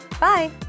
bye